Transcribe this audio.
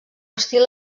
estil